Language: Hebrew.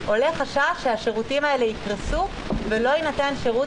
עולה חשש שהשירותים האלה יקרסו ולא יינתן שירות